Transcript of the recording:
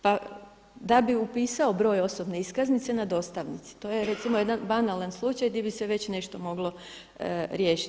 Pa da bi upisao broj osobne iskaznice na dostavnici, to je recimo jedan banalan slučaj gdje bi se već nešto moglo riješiti.